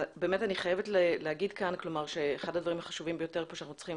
אחד הדברים החשובים ביותר שאנחנו צריכים